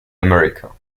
america